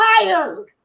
tired